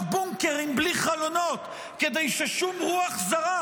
בונקרים בלי חלונות כדי ששום רוח זרה,